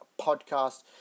podcast